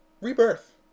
rebirth